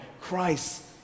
Christ